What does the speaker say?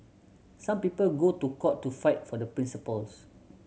some people go to court to fight for their principles